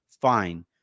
Fine